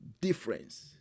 difference